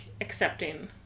accepting